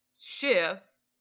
shifts